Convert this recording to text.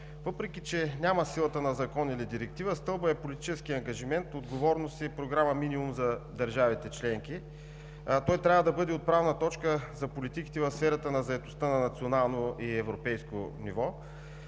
Въпреки че няма силата на закон или директива, Стълбът е политически ангажимент, отговорност и програма минимум за държавите членки. Той трябва да бъде отправна точка за политиките в сферата на заетостта на национално и европейско ниво.